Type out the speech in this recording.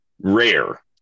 rare